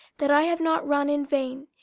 that i have not run in vain,